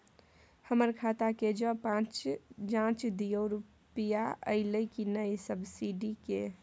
हमर खाता के ज जॉंच दियो रुपिया अइलै की नय सब्सिडी के?